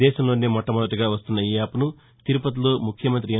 దేశంలోనే మొట్లమొదటగా వస్తున్న ఈ యాప్ను తిరుపతిలో ముఖ్యమంత్రి ఎన్